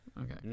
Okay